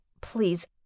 please